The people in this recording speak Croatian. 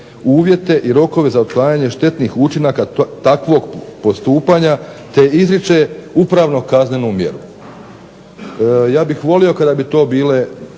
uvjete i rokove za otklanjanje štetnih učinaka takvog postupanja, te izriče upravno kaznenu mjeru. Ja bih volio kada bi to bile,